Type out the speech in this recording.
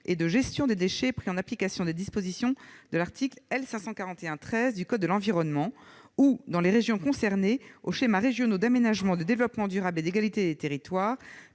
et de gestion des déchets pris en application des dispositions de l'article L. 541-13 du code de l'environnement ou, dans les régions concernées, aux schémas régionaux d'aménagement, de développement durable et d'égalité des territoires